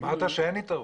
אמרת שאין התערבות.